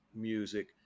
music